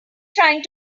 trying